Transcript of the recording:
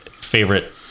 favorite